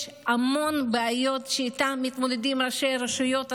יש המון בעיות שאיתן מתמודדים ראשי הרשויות הצפוניות,